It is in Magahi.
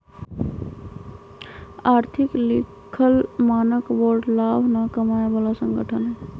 आर्थिक लिखल मानक बोर्ड लाभ न कमाय बला संगठन हइ